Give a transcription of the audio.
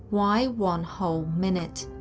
why one whole minute?